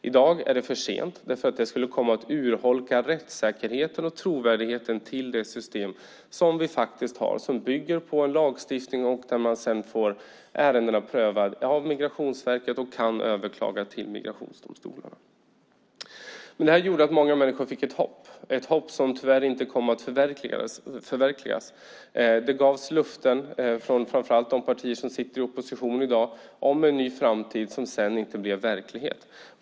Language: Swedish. I dag är det för sent därför att det skulle komma att urholka rättssäkerheten och trovärdigheten till det system som vi faktiskt har och som bygger på en lagstiftning där man sedan får ärendena prövade av Migrationsverket, och de kan överklagas hos migrationsdomstolarna. Men detta gjorde att många människor fick ett hopp, ett hopp som tyvärr inte kom att förverkligas. Det gavs löften från framför allt de partier som sitter i opposition i dag om en ny framtid som sedan inte blev verklighet.